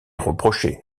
reproché